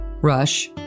Rush